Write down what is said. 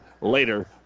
later